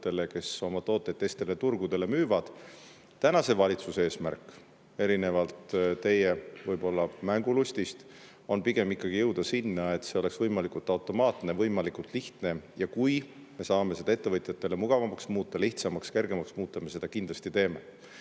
kes oma tooteid teistele turgudele müüvad. Tänase valitsuse eesmärk, erinevalt teie võib-olla mängulustist, on pigem ikkagi jõuda sinna, et see oleks võimalikult automaatne, võimalikult lihtne. Ja kui me saame seda ettevõtjatele mugavamaks muuta, lihtsamaks, kergemaks muuta, me seda kindlasti teeme.